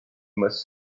must